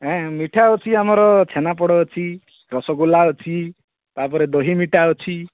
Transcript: ମିଠା ଅଛି ଆମର ଛେନାପୋଡ଼ ଅଛି ରସଗୋଲା ଅଛି ତାପରେ ଦହି ମିଠା ଅଛି